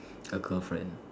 a girlfriend